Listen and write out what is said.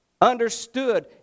understood